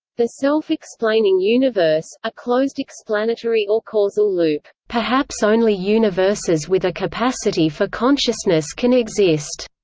the self-explaining universe a closed explanatory or causal loop perhaps only universes with a capacity for consciousness can exist.